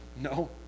No